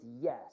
yes